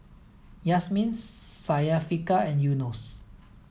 Yasmin Syafiqah and Yunos